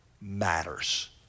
matters